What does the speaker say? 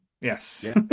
yes